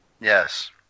Yes